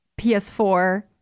PS4